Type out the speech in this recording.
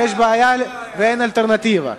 ויש בעיה ואין אלטרנטיבה,